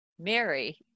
Mary